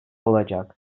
olacak